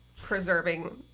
preserving